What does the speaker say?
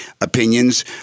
opinions